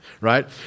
right